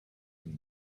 from